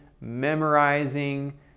memorizing